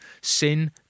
sin